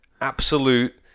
absolute